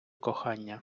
кохання